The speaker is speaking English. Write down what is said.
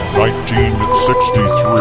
1963